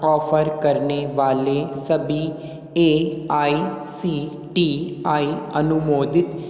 offer करने वाले सभी A I C T E अनुमोदित